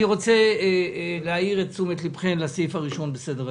אני רוצה להעיר את תשומת ליבכם לסעיף הראשון בסדר-היום.